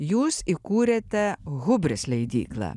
jūs įkūrėte hubris leidyklą